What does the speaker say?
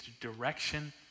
direction